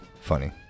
Funny